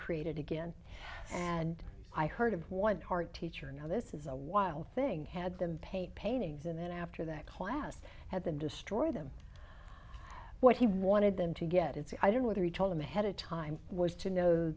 create it again and i heard of one hard teacher now this is a wild thing had them paint paintings and then after that class had been destroyed them what he wanted them to get it's i don't know what he told them ahead of time was to know